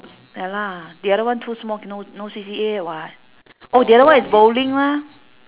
ya lah the other one too small no no C_C_A [what] oh the other one is bowling mah